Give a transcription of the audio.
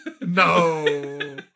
No